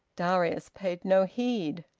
darius paid no heed.